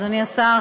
אדוני השר,